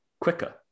quicker